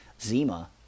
zima